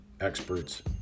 experts